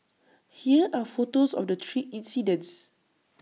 here are photos of the three incidents